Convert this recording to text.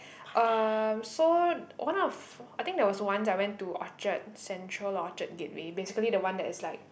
um so one of I think there was once I went to Orchard Central Orchard Gateway basically the one that is like